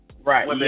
Right